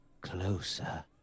Closer